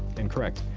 incorrect.